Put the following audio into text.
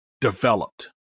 developed